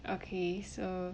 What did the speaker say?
okay so